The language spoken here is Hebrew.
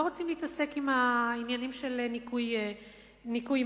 לא רוצים להתעסק עם העניינים של ניכוי מס,